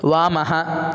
वामः